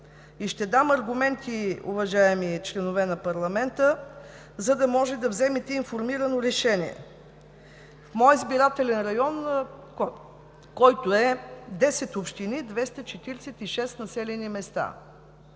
Ще дам аргументи, уважаеми членове на парламента, за да може да вземете информирано решение. Моят избирателен район, който е от десет общини, е с 246 населени места.